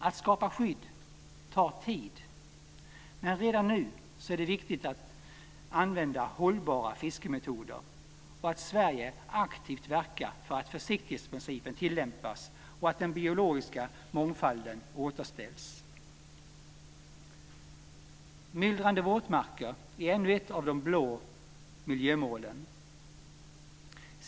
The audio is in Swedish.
Att skapa skydd tar tid, men redan nu är det viktigt att använda hållbara fiskemetoder och att Sverige aktivt verkar för att försiktighetsprincipen tillämpas och att den biologiska mångfalden återställs. Myllrande våtmarker är ännu ett av de blåa miljömålen.